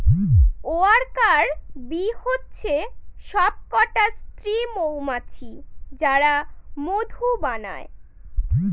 worker bee হচ্ছে সবকটা স্ত্রী মৌমাছি যারা মধু বানায়